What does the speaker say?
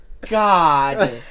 God